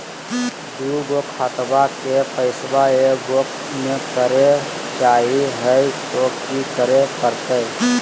दू गो खतवा के पैसवा ए गो मे करे चाही हय तो कि करे परते?